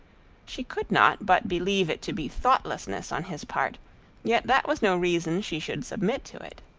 she could not but believe it to be thoughtlessness on his part yet that was no reason she should submit to it.